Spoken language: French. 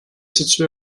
situé